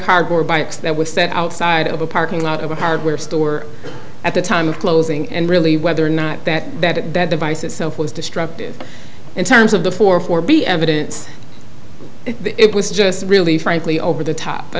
box that was set outside of a parking lot of a hardware store at the time of closing and really whether or not that that that device itself was destructive in terms of the floor for be evidence it was just really frankly over the top i